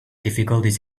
difficulties